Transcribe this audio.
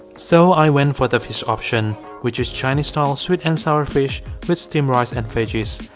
so, i went for the fish option which is chinese style sweet and sour fish with steamed rice and veggies.